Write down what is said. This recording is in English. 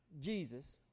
Jesus